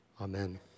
Amen